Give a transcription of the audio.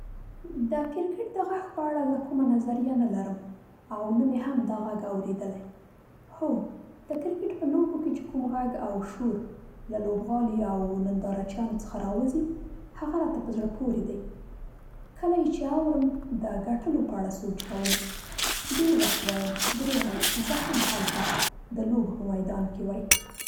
د کرکټ د غږ په اړه زه کومه نظریه نه لرم او نه مې هم دا غږ اورېدلی. هو د کرکېټ په لوبو کې چې کوم غږ او شور له لوبغالي او ننداره چیانو څخه را وځي هغه راته په زړه پورې دی. کله یې چې اورم د ګټلو په اړه سوچ کوم. ډېر وخت وایم درېغه زه هم هلته د لوبو په میدان کې وای.